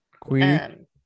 Queen